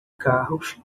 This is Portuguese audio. carros